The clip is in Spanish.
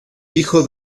hijo